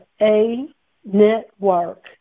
A-Network